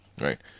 right